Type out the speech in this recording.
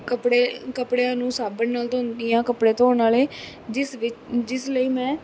ਕੱਪੜੇ ਕੱਪੜਿਆਂ ਨੂੰ ਸਾਬਣ ਨਾਲ ਧੋਂਦੀ ਹਾਂ ਕੱਪੜੇ ਧੋਣ ਵਾਲੇ ਜਿਸ ਵਿੱ ਜਿਸ ਲਈ ਮੈਂ